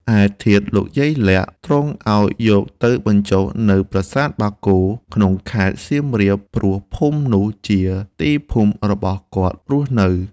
ឯធាតុយាយលាក់ ទ្រង់ឲ្យយកទៅបញ្ចុះនៅ ប្រាសាទបាគោ ក្នុងខេត្តសៀមរាប ព្រោះភូមិនោះជាទីភូមិរបស់គាត់រស់នៅ។